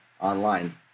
online